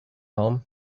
home